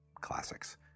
classics